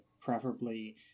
preferably